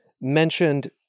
mentioned